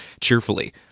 cheerfully